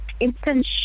instant